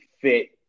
fit